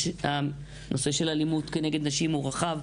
נושא האלימות נגד נשים הוא רחב,